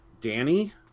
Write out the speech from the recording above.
Danny